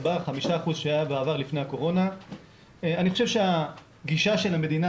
5% שהיה לפני הקורונה הגישה של המדינה,